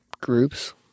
groups